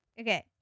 Okay